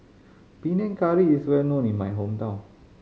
Panang Curry is well known in my hometown